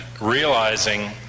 realizing